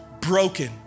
broken